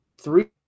three